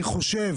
אני חושב